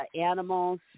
Animals